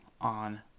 on